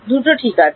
দুটো ঠিক আছে